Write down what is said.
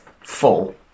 full